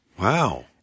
Wow